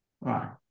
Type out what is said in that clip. right